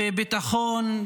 בביטחון,